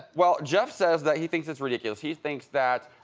well, jeff says that he thinks it's ridiculous. he thinks that